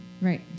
Right